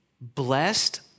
blessed